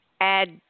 add